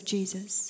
Jesus